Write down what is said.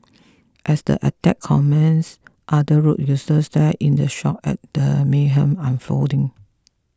as the attack commences other road users stared in shock at the mayhem unfolding